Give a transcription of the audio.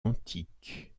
antiques